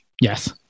yes